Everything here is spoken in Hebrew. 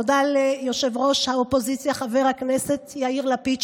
תודה ליושב-ראש האופוזיציה חבר הכנסת יאיר לפיד,